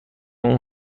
اون